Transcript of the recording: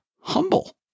humble